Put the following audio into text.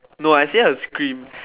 no I say her scream